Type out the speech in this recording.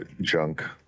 junk